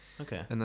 Okay